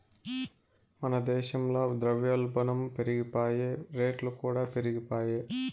మన దేశంల ద్రవ్యోల్బనం పెరిగిపాయె, రేట్లుకూడా పెరిగిపాయె